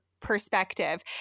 perspective